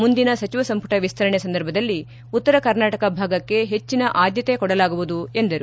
ಮುಂದಿನ ಸಚಿವ ಸಂಪುಟ ವಿಸ್ತರಣೆ ಸಂದರ್ಭದಲ್ಲಿ ಉತ್ತರ ಕರ್ನಾಟಕ ಭಾಗಕ್ಕೆ ಹೆಚ್ಚಿನ ಆದ್ಯತೆ ಕೊಡಲಾಗುವುದು ಎಂದರು